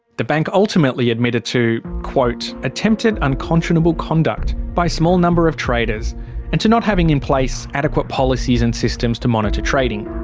the bank ultimately admitted to quote attempted unconscionable conduct by a small number of traders and to not having in place adequate policies and systems to monitor trading.